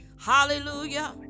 hallelujah